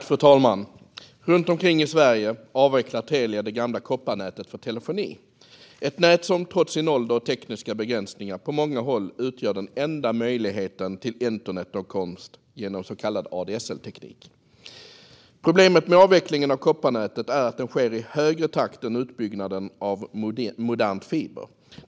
Fru talman! Runt omkring i Sverige avvecklar Telia det gamla kopparnätet för telefoni, ett nät som trots sin ålder och tekniska begränsningar på många håll utgör den enda möjligheten till internetåtkomst genom så kallad ADSL-teknik. Problemet med avvecklingen av kopparnätet är att det sker i högre takt än utbyggnaden av modern fiber.